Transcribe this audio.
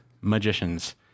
magicians